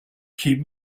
keep